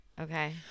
Okay